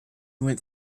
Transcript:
went